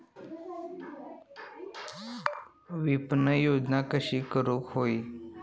विपणन योजना कशी करुक होई?